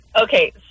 Okay